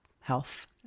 health